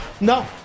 No